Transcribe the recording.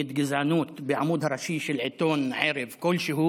גזענות בעמוד הראשי של עיתון ערב כלשהו